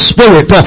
Spirit